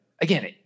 again